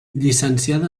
llicenciada